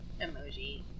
emoji